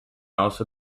also